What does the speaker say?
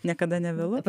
niekada nevėlu